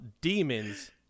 demons